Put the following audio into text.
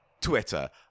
Twitter